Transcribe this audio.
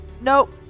Nope